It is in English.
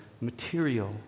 material